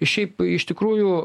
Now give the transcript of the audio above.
šiaip iš tikrųjų